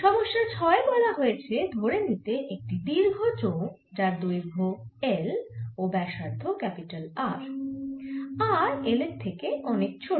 সমস্যা 6 এ বলা হয়েছে ধরে নিতে একটি দীর্ঘ চোঙ যার দৈর্ঘ L ও ব্যাসার্ধ R R L এর থেকে অনেক ছোট